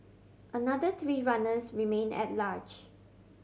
another three runners remain at large